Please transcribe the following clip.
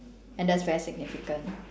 and that's very significant